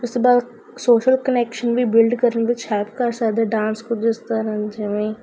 ਉਸ ਤੋਂ ਬਾਅਦ ਸੋਸ਼ਲ ਕਨੈਕਸ਼ਨ ਵੀ ਬਿਲਡ ਕਰਨ ਵਿੱਚ ਹੈਲਪ ਕਰ ਸਕਦੇ ਡਾਂਸ ਜਿਸ ਤਰ੍ਹਾਂ ਜਿਵੇਂ